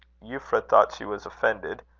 euphra thought she was offended.